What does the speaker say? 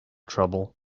trouble